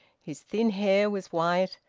his thin hair was white,